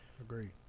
Agreed